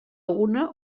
una